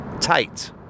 tight